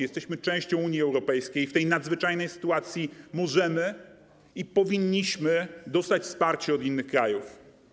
Jesteśmy częścią Unii Europejskiej i w tej nadzwyczajnej sytuacji możemy i powinniśmy dostać wsparcie od innych krajów.